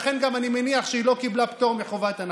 ולכן גם אני מניח שהיא לא קיבלה פטור מחובת הנחה.